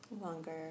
longer